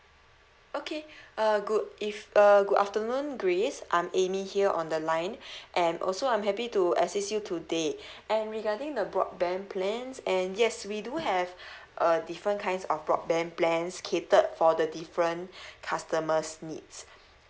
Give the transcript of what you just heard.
okay uh good if uh good afternoon grace I'm amy here on the line and also I'm happy to assist you today and regarding the broadband plans and yes we do have uh different kinds of broadband plans catered for the different customers needs